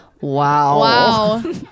Wow